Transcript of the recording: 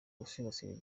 gusigasira